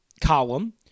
column